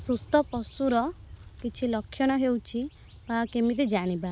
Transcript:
ସୁସ୍ଥ ପଶୁର କିଛି ଲକ୍ଷଣ ହେଉଛି ବା କେମିତି ଜାଣିବା